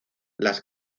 las